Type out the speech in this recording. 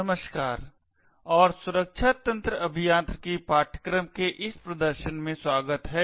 नमस्कार और सुरक्षा तंत्र अभियांत्रिकी पाठ्यक्रम के इस प्रदर्शन में स्वागत है